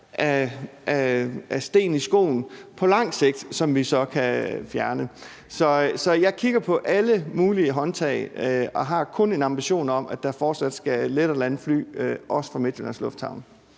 af sten i skoen på lang sigt, som vi så kan fjerne. Så jeg kigger på alle mulige håndtag og har kun en ambition om, at der også fortsat skal lette og lande fly fra Midtjyllands Lufthavn.